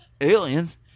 aliens